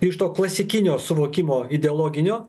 iš to klasikinio suvokimo ideologinio